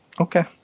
Okay